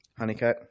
Honeycut